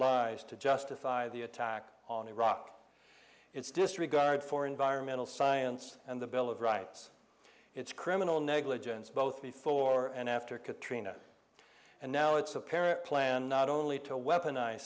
lies to justify the attack on iraq its disregard for environmental science and the bill of rights its criminal negligence both before and after katrina and now its apparent plan not only to weapon